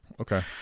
Okay